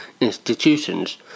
institutions